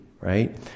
right